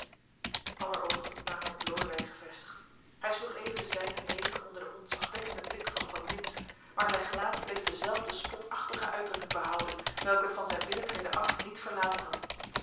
aller oogen waren op lodewijk gevestigd hij sloeg even de zijne neder onder den ontzagwekkenden blik van van lintz maar zijn gelaat bleef dezelfde spotachtige uitdrukking behouden welke het van zijn binnentreden af niet verlaten had